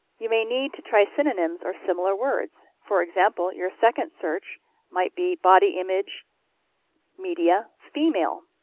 you many need to try synonyms or similar words. for example, your second search might be body image media female